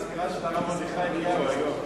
אזכרה של הרב מרדכי אליהו היום.